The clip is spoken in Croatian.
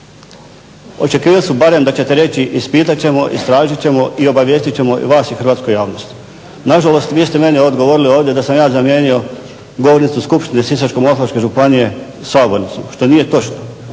Očekivao sam barem da ćete reći ispitat ćemo, istražit ćemo i obavijestit ćemo vas i hrvatsku javnost. Nažalost vi ste meni odgovorili ovdje da sam ja zamijenio govornicu Skupštine Sisačko-moslavačke županije sabornicom što nije točno.